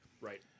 Right